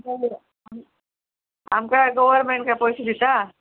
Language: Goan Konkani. आमकां गव्हरमेंट कांय पयशे दिता